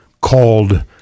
called